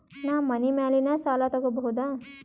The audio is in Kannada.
ನಾ ಮನಿ ಮ್ಯಾಲಿನ ಸಾಲ ತಗೋಬಹುದಾ?